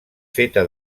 feta